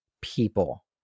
people